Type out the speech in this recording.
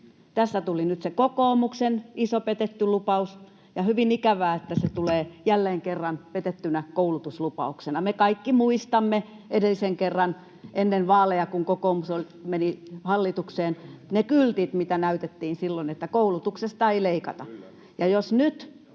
Tässä tuli nyt se kokoomuksen iso petetty lupaus, ja on hyvin ikävää, että se tulee jälleen kerran petettynä koulutuslupauksena. Me kaikki muistamme edellisen kerran, kun kokoomus meni hallitukseen, ennen vaaleja ne kyltit, mitä näytettiin silloin, että ”koulutuksesta ei leikata”.